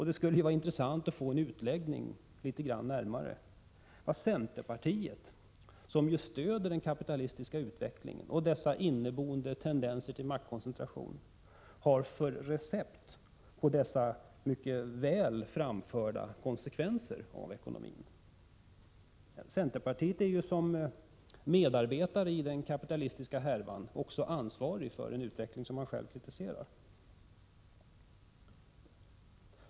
Det skulle vara intressant att få en närmare utläggning om vad centerpartiet, som stöder den kapitalistiska utvecklingen och dess inneboende tendenser till maktkoncentration, har för recept på dessa mycket väl framförda konsekvenser för ekonomin. Centerpartiet är som medarbetare i den kapitalistiska härvan också ansvarigt för den utveckling som man kritiserar.